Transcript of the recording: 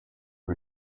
who